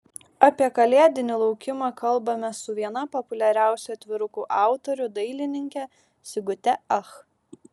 apie kalėdinį laukimą kalbamės su viena populiariausių atvirukų autorių dailininke sigute ach